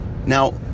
Now